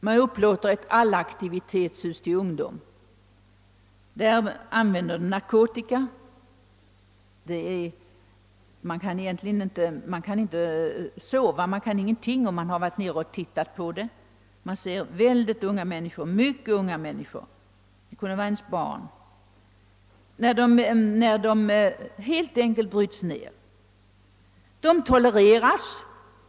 Man upplåter ett allaktivitetshus till ungdomar. Där används narkotika. Man kan inte låta bli att oroa sig när man varit nere och sett det. Där finns mycket unga människor — de kunde vara ens barn — som helt enkelt bryts ned, och detta tolereras.